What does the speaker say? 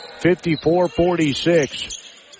54-46